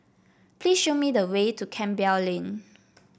please show me the way to Campbell Lane